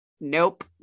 Nope